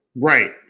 Right